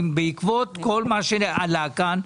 בעקבות כל מה שעלה כאן?